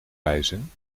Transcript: wijzen